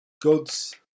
goods